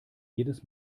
jedes